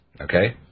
Okay